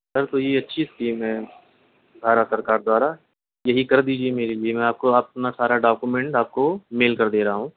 سر کوئی اچھی اسکیم ہے بھارت سرکار دوارا یہی کر دیجیے میرے لیے میں آپ کو اپنا سارا ڈاکیومنٹ آپ کو میل کر دے رہا ہوں